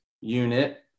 unit